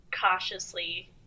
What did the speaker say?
cautiously